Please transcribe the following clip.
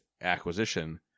acquisition